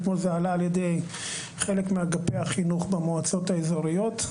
אתמול זה עלה על ידי חלק מאגפי החינוך במועצות האזוריות,